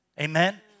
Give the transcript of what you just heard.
Amen